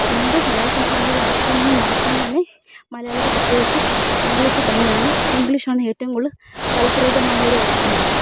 അതുകൊണ്ട് മലയാളം സംസാരം ഉള്ള ആശയവിനിയമം നടത്തുന്ന തന്നെ മലയാളിക്ക് പ്രത്യേകിച്ചും ഇംഗ്ലീഷ് തന്നെയാണ് ഇംഗ്ലീഷാണ് ഏറ്റവും കൂടുതൽ ഫലപ്രദതമായൊരു ഓപ്ഷനും കൂടെ